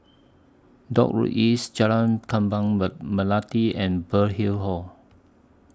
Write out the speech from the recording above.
Dock Road East Jalan Kembang Me Melati and Burkill Hall